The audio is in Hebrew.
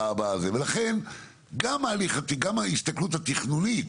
ולכן גם ההסתכלות התכנונית